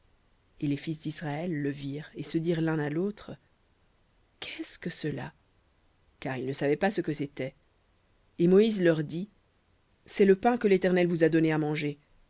et les fils d'israël le virent et se dirent l'un à l'autre qu'est-ce que cela car ils ne savaient ce que c'était et moïse leur dit c'est le pain que l'éternel vous a donné à manger